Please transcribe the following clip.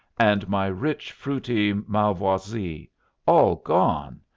and my rich, fruity malvoisie all gone!